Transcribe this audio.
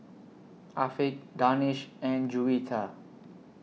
Afiq Danish and Juwita